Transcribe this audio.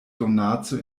donaco